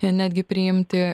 netgi priimti